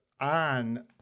on